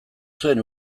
zuen